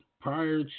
prior